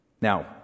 Now